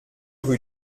rue